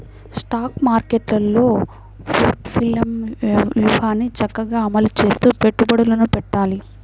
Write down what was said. stock మార్కెట్టులో portfolio వ్యూహాన్ని చక్కగా అమలు చేస్తూ పెట్టుబడులను పెట్టాలి